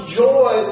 joy